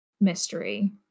mystery